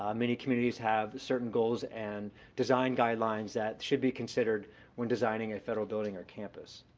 um many communities have certain goals and design guidelines that should be considered when designing a federal building or campus.